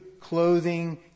clothing